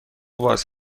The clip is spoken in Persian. باز